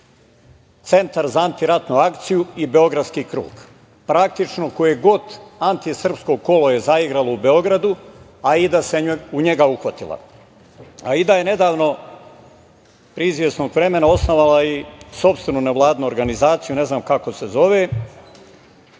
Centar za antiratnu akciju i Beogradski krug. Praktično, koje god antisrpsko kolo je zaigralo u Beogradu, Aida se u njega uhvatila. Aida je nedavno, pre izvesnog vremena osnovala i sopstvenu nevladinu organizaciju, ne znam kako se zove.